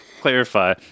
clarify